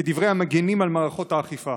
כדברי המגינים על מערכות האכיפה?